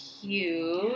cute